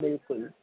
बिल्कुलु